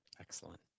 Excellent